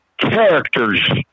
characters